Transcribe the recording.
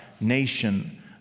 nation